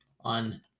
on